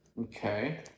Okay